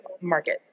market